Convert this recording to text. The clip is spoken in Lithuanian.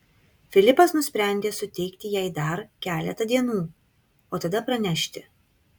filipas nusprendė suteikti jai dar keletą dienų o tada pranešti